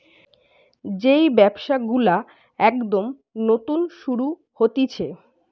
যেই ব্যবসা গুলো একদম নতুন শুরু হতিছে